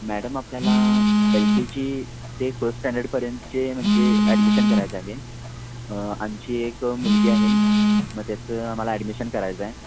madam आपल्याला L K G ते first स्टँडर्डपर्यंतचे म्हणजे ॲडमिशन करायचं आहे आमची एक मुलगी आहे मग त्याचं आम्हाला ॲडमिशन करायचं आहे